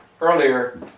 earlier